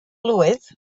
blwydd